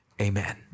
Amen